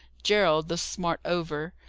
gerald, the smart over,